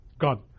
God